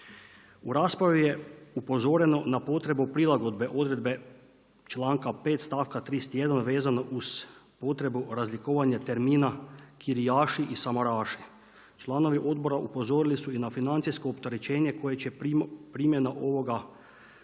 U raspravi je upozorenu na potrebu prilagodbe odredbe članka 5. stavka 31. vezano uz potrebu razlikovanja termina kirijaši i samaraši. Članovi odbora upozorili su i na financijsko opterećenje koje će primjena ovoga